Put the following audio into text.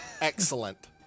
Excellent